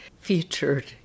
featured